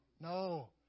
no